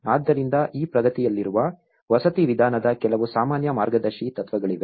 ಆದ್ದರಿಂದ ಈ ಪ್ರಗತಿಯಲ್ಲಿರುವ ವಸತಿ ವಿಧಾನದ ಕೆಲವು ಸಾಮಾನ್ಯ ಮಾರ್ಗದರ್ಶಿ ತತ್ವಗಳಿವೆ